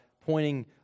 pointing